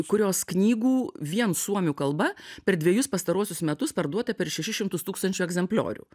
kurios knygų vien suomių kalba per dvejus pastaruosius metus parduota per šešis šimtus tūkstančių egzempliorių